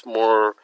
more